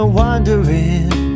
wondering